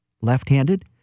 left-handed